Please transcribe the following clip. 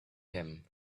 him